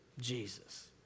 Jesus